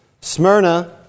Smyrna